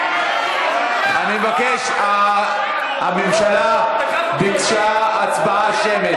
אני מבקש, הממשלה ביקשה הצבעה שמית.